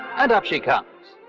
and up she comes.